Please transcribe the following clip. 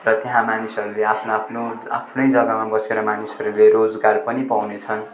र त्यहाँ मानिसहरूले आफ्नो आफ्नो आफ्नै जग्गामा बसेर मानिसहरूले रोजगार पनि पाउनेछन्